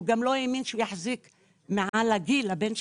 הוא גם לא האמין שהוא יחזיק מעל גיל 35